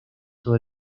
todo